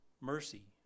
Mercy